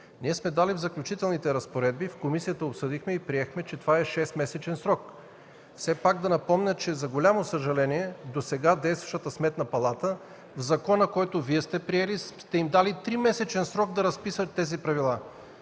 принципи. В заключителните разпоредби сме дали, в комисията обсъдихме и приехме, че това е 6-месечен срок. Все пак да напомня, че, за голямо съжаление, в досега действащата Сметна палата, в закона, който Вие сте приели, сте им дали 3-месечен срок да разпишат тези правила.